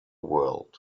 world